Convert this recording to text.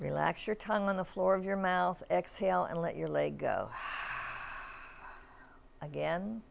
relax your tongue on the floor of your mouth exhale and let your leg go again